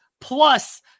plus